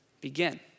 begin